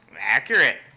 Accurate